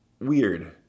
weird